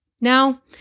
Now